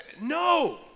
No